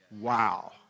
Wow